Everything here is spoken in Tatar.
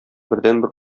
бердәнбер